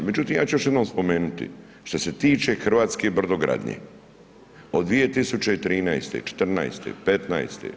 Međutim, ja ću još jednom spomenuti, što se tiče hrvatske brodogradnje, od 2013., 2014., 2015,